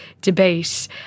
debate